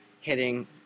hitting